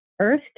earth